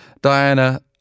Diana